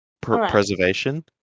preservation